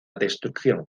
destrucción